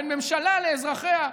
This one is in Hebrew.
בין ממשלה לאזרחיה,